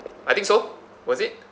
I think so was it